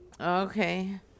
Okay